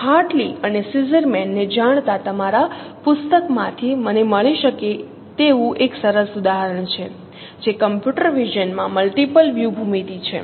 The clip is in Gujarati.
તેથી હાર્ટલી અને ઝિઝરમેન ને જાણતા તમારા પુસ્તકમાંથી મને મળી શકે તેવું એક સરસ ઉદાહરણ છે જે કમ્પ્યુટર વિઝનમાં મલ્ટીપલ વ્યૂ ભૂમિતિ છે